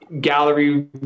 gallery